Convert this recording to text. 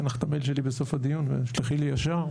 אתן לך את המייל שלי בסוף הדיון ותשלחי לי ישר.